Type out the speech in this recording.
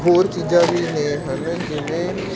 ਹੋਰ ਚੀਜ਼ਾਂ ਵੀ ਨੇ ਹੈ ਨਾ ਜਿਵੇਂ